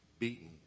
beaten